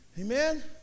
Amen